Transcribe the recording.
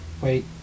wait